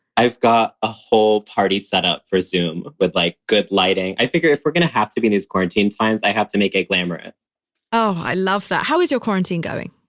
i've got a whole party set ah for zoom with like good lighting. i figure if we're gonna have to be in these quarantine times, i have to make it glamorous oh, i love that. how is your quarantine going?